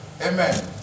Amen